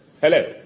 Hello